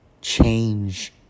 change